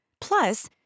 Plus